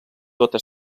tota